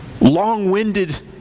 long-winded